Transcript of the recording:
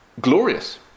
glorious